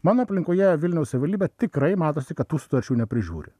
mano aplinkoje vilniaus savivaldybė tikrai matosi kad tų stočių neprižiūri